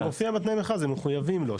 מופיע בתנאי מכרז הם מחויבים לו,